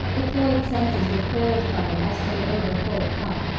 the cloyed senses recoiled from it as from an overfull cup.